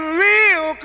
real